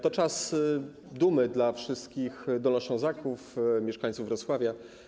To czas dumy dla wszystkich Dolnoślązaków, mieszkańców Wrocławia.